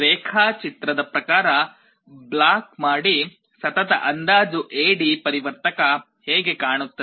ರೇಖಾಚಿತ್ರದ ಪ್ರಕಾರ ಬ್ಲಾಕ್ ಮಾಡಿ ಸತತ ಅಂದಾಜು ಎ ಡಿ ಪರಿವರ್ತಕ ಹೇಗೆ ಕಾಣುತ್ತದೆ